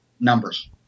numbers